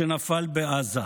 שנפל בעזה.